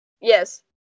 yes